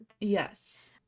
Yes